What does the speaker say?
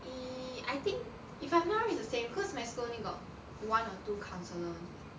!ee! I think if I am not wrong is the same because my school only got one or two counsellor only